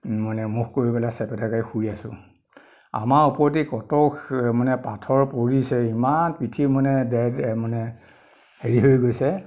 মানে মুখ কৰি পেলাই চেপেটাকাঢ়ি শুই আছো আমাৰ ওপৰে দি কত মানে পাথৰ পৰিছে ইমান পিঠি মানে দেৰদেৰ মানে হেৰি হৈ গৈছে